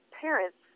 parents